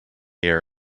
air